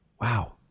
Wow